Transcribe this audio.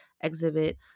exhibit